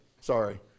Sorry